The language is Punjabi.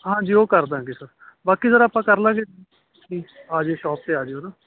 ਹਾਂਜੀ ਉਹ ਕਰ ਦਾਂਗੇ ਸਰ ਬਾਕੀ ਸਰ ਆਪਾਂ ਕਰ ਲਾਂਗੇ ਆ ਜਿਓ ਸ਼ੋਪ 'ਤੇ ਆ ਜਿਓ ਨਾ